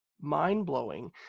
mind-blowing